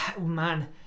man